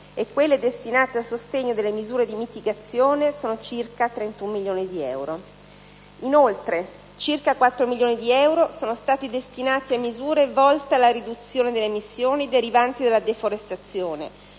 e quelle destinate a sostegno delle misure di mitigazione sono circa 31 milioni di euro. Inoltre, circa 4 milioni di euro sono stati destinati a misure volte alla riduzione delle emissioni derivanti dalla deforestazione,